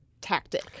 tactic